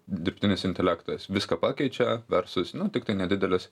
dirbtinis intelektas viską pakeičia versus nu tiktai nedidelis